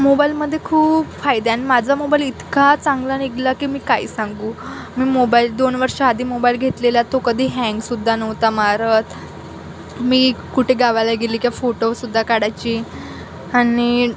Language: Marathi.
मोबाईलमध्ये खूप फायदा आहे आणि माझा मोबाईल इतका चांगला निघाला की मी काय सांगू मी मोबाईल दोन वर्षं आधी मोबाईल घेतलेला तो कधी हँग सुद्धा नव्हता मारत मी कुठे गावाला गेली की फोटो सुद्धा काढायची आणि